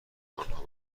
آنها